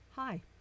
Hi